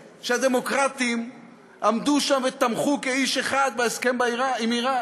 שהדמוקרטים עמדו שם ותמכו כאיש אחד בהסכם עם איראן.